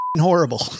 horrible